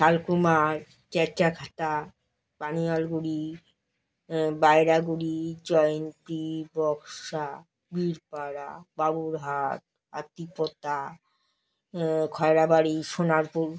Shalkumar Chechakhata Panialguri Bairaguri Jayanti Buxa Birpara Baburhat Hatipota Khoyrabari Sonarpur